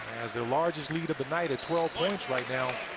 as their largest lead of the night at twelve points right now.